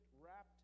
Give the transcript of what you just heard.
wrapped